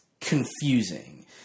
confusing